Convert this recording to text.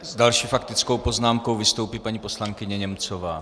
S další faktickou poznámkou vystoupí paní poslankyně Němcová.